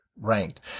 ranked